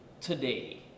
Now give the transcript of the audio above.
today